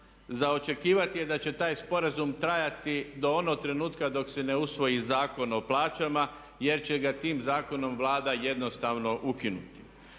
za očekivati je da će taj sporazum trajati do onog trenutka dok se ne usvoji Zakon o plaćama jer će ga tim zakonom Vlada jednostavno ukinuti.